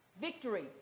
victory